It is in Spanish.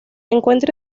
encuentra